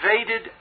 invaded